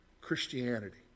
Christianity